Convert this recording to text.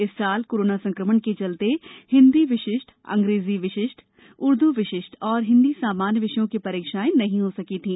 इस वर्ष कोरोना संकमण के चलते हिन्दी विशिष्ट अंग्रेजी विशिष्ट ऊर्दू विशिष्ट और हिन्दी सामान्य विषयों की परीक्षाएं नहीं हो सकी थी